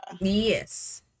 Yes